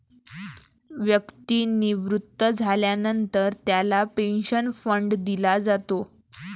व्यक्ती निवृत्त झाल्यानंतर त्याला पेन्शन फंड दिला जातो